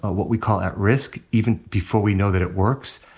ah what we call, at risk, even before we know that it works.